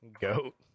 Goat